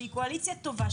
שהיא קואליציה טובה,